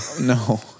No